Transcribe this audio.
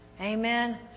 Amen